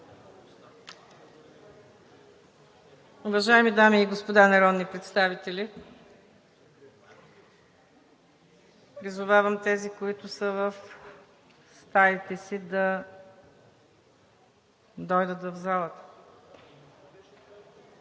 Уважаеми дами и господа народни представители, призовавам тези, които са в стаите си, да дойдат в залата.